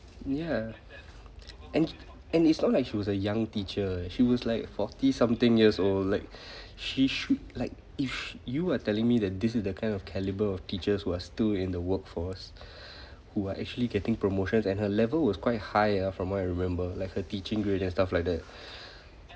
ya and and it's not like she was a young teacher she was like forty something years old like she should like if you are telling me that this is the kind of caliber of teachers who are still in the workforce who are actually getting promotions and her level was quite high ah from what I remember like her teaching grades and stuff like that